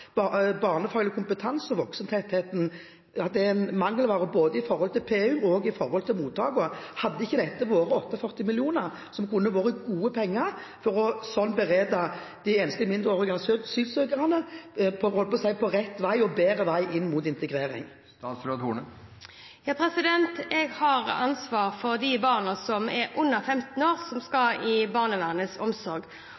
at barnefaglig kompetanse og voksentetthet er en mangelvare? Hadde ikke 48 mill. kr vært gode penger å ha for å berede veien for de enslige mindreårige asylsøkerne inn mot integrering? Jeg har ansvar for de barna som er under 15 år, og som skal under barnevernets omsorg.